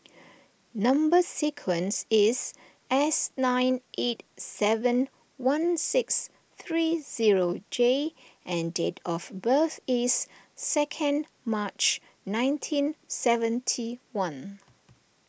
Number Sequence is S nine eight seven one six three zero J and date of birth is second March nineteen seventy one